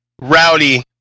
Rowdy